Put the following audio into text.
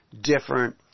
different